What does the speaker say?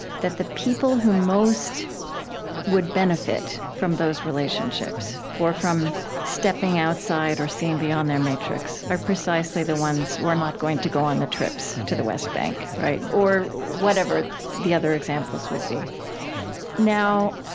that the people who most would benefit from those relationships or from stepping outside or seeing beyond their matrix, are precisely the ones who are not going to go on the trips to the west bank, or whatever the other examples would be now,